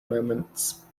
moments